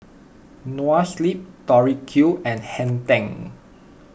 Noa Sleep Tori Q and Hang ten